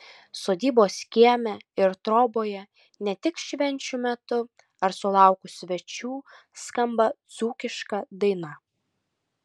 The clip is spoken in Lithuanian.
sodybos kieme ir troboje ne tik švenčių metu ar sulaukus svečių skamba dzūkiška daina